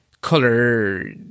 color